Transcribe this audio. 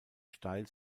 steil